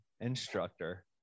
instructor